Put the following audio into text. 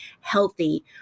healthy